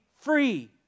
free